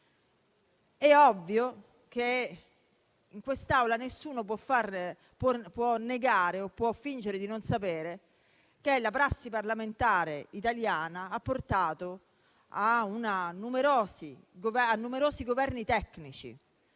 È ovvio che in quest'Aula nessuno può negare o può fingere di non sapere che la prassi parlamentare italiana ha portato a numerosi Governi tecnici,